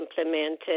implemented